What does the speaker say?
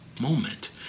moment